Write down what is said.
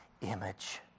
image